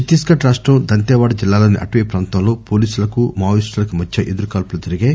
ఛత్తీస్ గడ్ రాష్టం దంతేవాడ జిల్లాలోని అటవీ ప్రాంతంలో పోలీసులకు మావోయిస్టులకు మధ్య ఎదురుకాల్పులు జరిగాయి